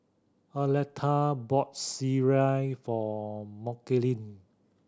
Arletta bought sireh for Mckinley